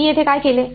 मी येथे काय केले